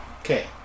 Okay